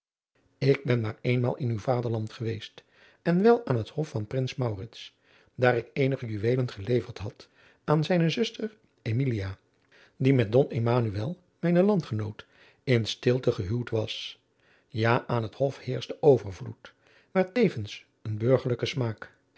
ik ben maar eenmaal in uw vaderland geweest en wel aan het hof van prins maurits daar ik eenige juweelen geleverd had aan zijne zuster emilia die met don emmanuel mijnen landgenoot in stilte gehuwd was ja aan dat hof heerschte overvloed maar tevens een burgerlijke smaak